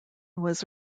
was